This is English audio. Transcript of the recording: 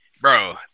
Bro